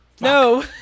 No